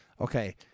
Okay